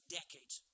decades